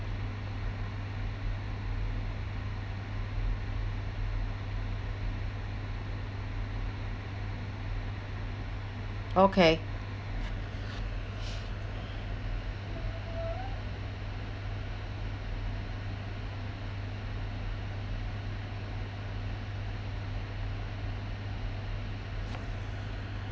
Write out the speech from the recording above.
okay